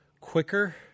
quicker